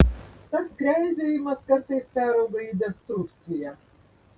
tas kreizėjimas kartais perauga į destrukciją